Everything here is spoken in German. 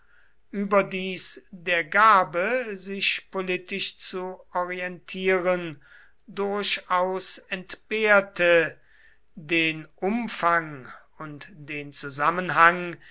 überdies der gabe sich politisch zu orientieren durchaus entbehrte den umfang und den zusammenhang